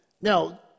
Now